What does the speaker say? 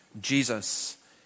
Jesus